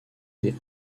des